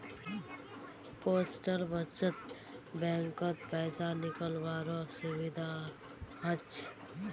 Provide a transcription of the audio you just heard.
postal बचत बैंकत पैसा निकालावारो सुविधा हछ